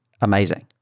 amazing